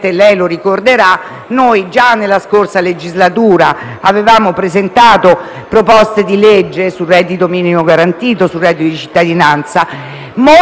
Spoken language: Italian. già nella scorsa legislatura avevamo presentato proposte di legge sul reddito minimo garantito e sul reddito di cittadinanza. Molti senatori